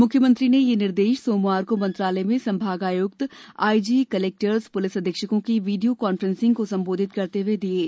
मुख्यमंत्री ने यह निर्देश सोमवार को मंत्रालय में संभागायुक्त आईजी कलेक्टर्स पुलिस अधीक्षकों की वीडियो कॉन्फ्रेंसिंग को संबोधित करते हुए दिये